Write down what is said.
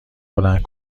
بلند